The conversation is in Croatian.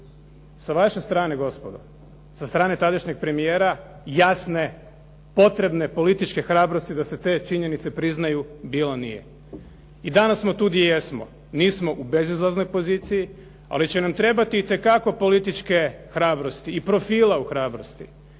Sa vaše strane gospodo, sa strane tadašnjeg premijera jasne potrebne političke hrabrosti da se te činjenice priznaju bilo nije. I danas smo tu gdje jesmo. Nismo u bezizlaznoj poziciji ali će nam trebati itekako političke hrabrosti i profila u hrabrosti